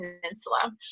Peninsula